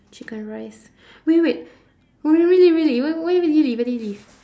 chicken rice wait wait wait really really where where do you live where do you live